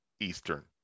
Eastern